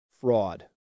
fraud